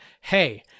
hey